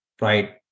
right